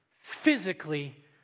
physically